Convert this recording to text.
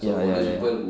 ya ya ya ya